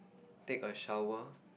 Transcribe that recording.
take a shower